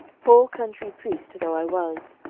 poor country priest though i was,